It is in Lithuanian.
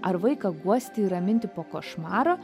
ar vaiką guosti ir raminti po košmaro